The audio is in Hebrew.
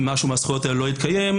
אם משהו מהזכויות האלה לא התקיים,